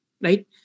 right